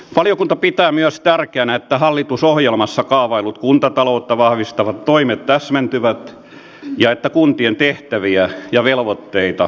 valiokunta pitää myös tärkeänä että hallitusohjelmassa kaavaillut kuntataloutta vahvistavat toimet täsmentyvät ja että kuntien tehtäviä ja velvoitteita vähennetään